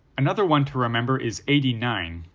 another one to remember is eighty nine,